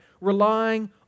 relying